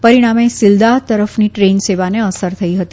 પરિણામે સીલ્દાહ તરફની દ્રેનસેવાને અસર થઇ હતી